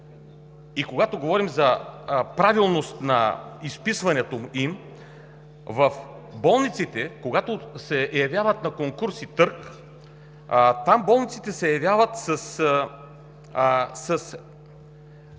и когато говорим за правилност на изписването им, когато се явяват на конкурс и търг – там болниците се явяват с